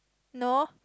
no